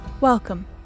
Welcome